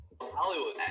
Hollywood